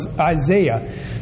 Isaiah